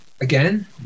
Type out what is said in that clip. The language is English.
Again